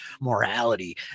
morality